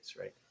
Right